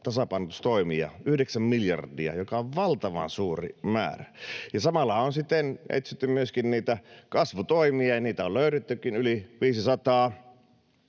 tasapainotustoimia: 9 miljardia, joka on valtavan suuri määrä. Samalla on siten etsitty myöskin niitä kasvutoimia, ja niitä on löydettykin yli 500.